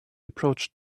approached